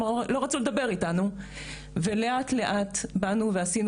הם לא רצו לדבר איתנו ולאט לאט באנו ועשינו